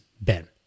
Ben